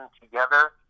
together